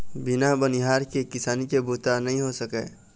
बिन बनिहार के किसानी के बूता नइ हो सकय